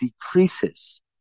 decreases